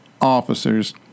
officers